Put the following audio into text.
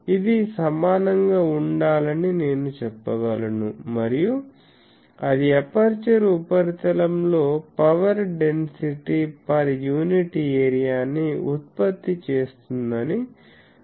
ఇది సమానంగా ఉండాలని నేను చెప్పగలను మరియు అది ఎపర్చరు ఉపరితలంలో power density per unit area ని ఉత్పత్తి చేస్తుందని అనుకుందాం